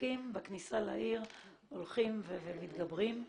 הפקקים בכניסה לעיר הולכים ומתגברים.